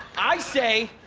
i say,